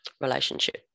relationship